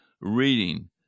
reading